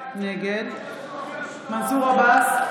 נגד מנסור עבאס,